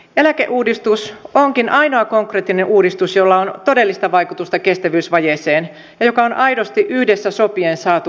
eläkeuudistus onkin ainoa konkreettinen uudistus jolla on todellista vaikutusta kestävyysvajeeseen ja joka on aidosti yhdessä sopien saatu aikaan